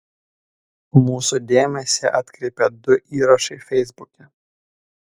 mūsų dėmesį atkreipė du įrašai feisbuke